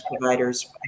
providers